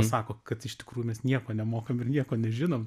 pasako kad iš tikrųjų nieko nemokam nieko nežinom